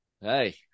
Hey